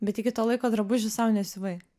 bet iki tol laiko drabužių saunesiuvai